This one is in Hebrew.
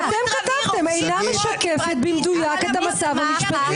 אתם כתבתם "אינה משקפת במדויק את המצב המשפטי".